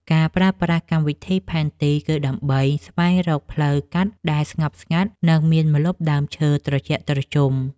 ការប្រើប្រាស់កម្មវិធីផែនទី គឺដើម្បីស្វែងរកផ្លូវកាត់ដែលស្ងប់ស្ងាត់ និងមានម្លប់ដើមឈើត្រជាក់ត្រជុំ។